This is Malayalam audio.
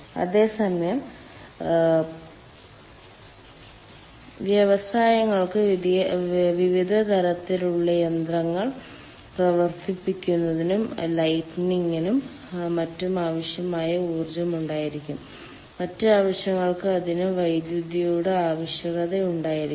അതേ സമയം വ്യവസായങ്ങൾക്ക് വിവിധ തരത്തിലുള്ള യന്ത്രങ്ങൾ പ്രവർത്തിപ്പിക്കുന്നതിനും ലൈറ്റിംഗിനും മറ്റും ആവശ്യമായ ഊർജ്ജം ഉണ്ടായിരിക്കും മറ്റ് ആവശ്യങ്ങൾക്ക് അതിന് വൈദ്യുതിയുടെ ആവശ്യകത ഉണ്ടായിരിക്കും